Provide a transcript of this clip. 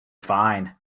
fine